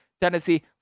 Tennessee